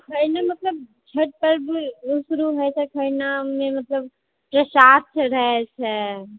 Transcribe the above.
पहिने मतलब छठि पर्व शुरू होइ छै खरना मतलब प्रसाद चढ़ै छै